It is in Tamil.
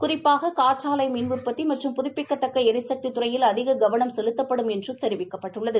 குறிப்பாக காற்றாலை மின் உற்பத்தி மற்றும் புதுப்பிக்கத்தக்க எரிசக்தி துறையில் அதிக கவனம் செலுத்தப்படும் என்று தெரிவிக்கப்பட்டுள்ளது